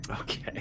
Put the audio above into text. okay